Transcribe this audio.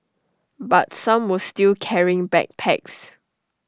but some were still carrying backpacks